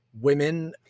women